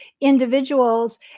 individuals